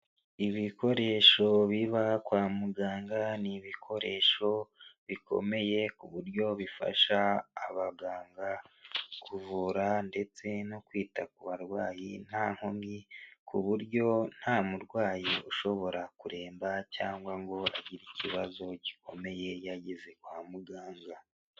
Ibikoresho biba kwa muganga ni ibikoresho bikomeye ku buryo bifasha abaganga kuvura ndetse no kwita ku barwayi nta nkomyi, ku buryo nta murwayi ushobora kuremba cyangwa ngo agire ikibazo gikomeye yageze kwa muganga.